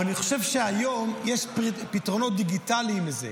אבל אני חושב שהיום יש פתרונות דיגיטליים לזה.